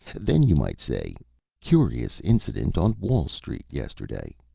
then you might say curious incident on wall street yesterday.